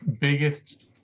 biggest